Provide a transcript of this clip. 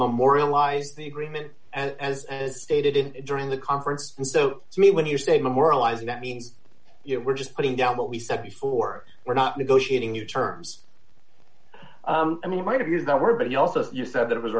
memorialize the agreement as stated in during the conference and so to me when you say memorializing that means you know we're just putting down what we said before we're not negotiating new terms i mean i might have used that word but you also said that it was